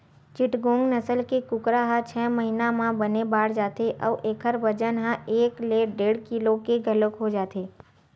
चिटगोंग नसल के कुकरा ह छय महिना म बने बाड़ जाथे अउ एखर बजन ह एक ले डेढ़ किलो के घलोक हो जाथे